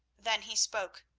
then he spoke.